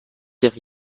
car